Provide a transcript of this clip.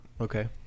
okay